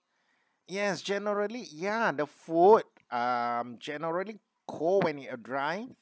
yes generally ya the food um generally cold when it arrived